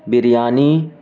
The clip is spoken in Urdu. بریانی